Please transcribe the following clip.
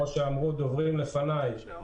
כמו שאמרו הדוברים לפניי,